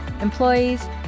employees